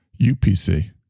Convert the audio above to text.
UPC